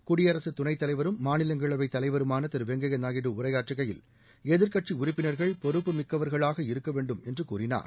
குடியரசு துணைத்தலைவரும் மாநிலங்களவை தலைவருமான திரு வெங்கையா நாயுடு உரையாற்றுகையில் எதிர்கட்சி உறுப்பினர்கள் பொறுப்புமிக்கவர்களாக இருக்கவேண்டும் என்று கூறினார்